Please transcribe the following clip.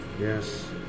Yes